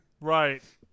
Right